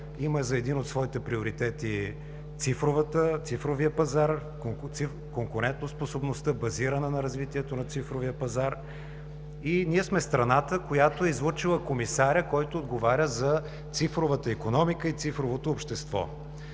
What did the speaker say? има за един от своите приоритети цифровия пазар, конкурентоспособността, базирана на развитието на цифровия пазар. Ние сме страната, която е излъчила комисаря, който отговаря за цифровата икономика и цифровото общество,